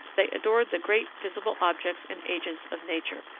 they adored the great visible objects and agents of nature,